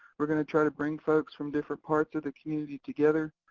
we're gonna try to bring folks from different parts of the community together